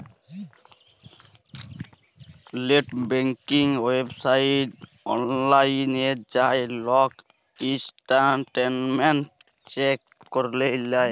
late banking ওয়েবসাইটে অললাইল যাঁয়ে লল ইসট্যাটমেল্ট চ্যাক ক্যরে লেই